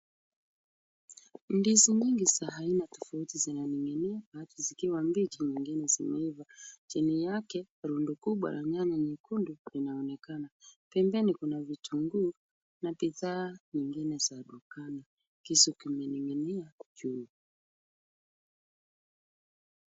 Ndizi nyingi za aina tofauti zinaning'inia baadhi zikiwa mbichi zingine zimeiva. Chini yake rundu kubwa la nyanya nyekundu linaonekana. Pembeni kuna vitunguu na bidhaa zingine za dukani. Kisu kimening'inia kwa chuma.